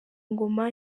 ngoma